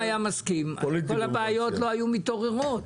היו מתעוררות.